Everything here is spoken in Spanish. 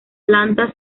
planta